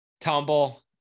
tumble